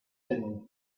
hidden